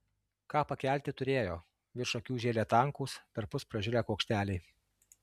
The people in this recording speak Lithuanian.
ką pakelti turėjo virš akių žėlė tankūs perpus pražilę kuokšteliai